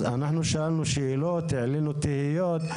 אנחנו שאלנו שאלות, העלינו תהיות.